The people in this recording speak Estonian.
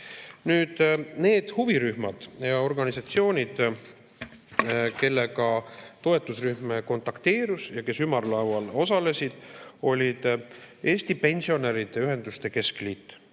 Nüüd, need huvirühmad ja organisatsioonid, kellega toetusrühm kontakteerus ja kes ümarlaual osalesid, olid Eesti Pensionäride Ühenduste Liit,